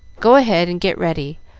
go ahead and get ready,